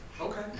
Okay